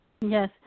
Yes